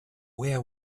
where